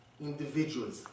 individuals